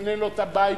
ותבנה לו את הבית,